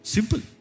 Simple